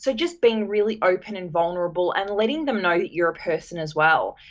so just being really open and vulnerable and letting them know that you're a person as well.